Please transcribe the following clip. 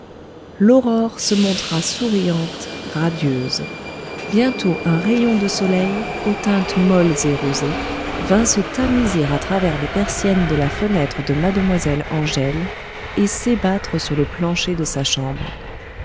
l'aurore se montra souriante radieuse bientôt un rayon de soleil aux teintes molles et rosées vint se tamiser à travers les persiennes de la fenêtre de mademoiselle angèle et s'ébattre sur le plancher de sa chambre